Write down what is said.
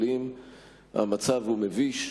המצב הוא מביש.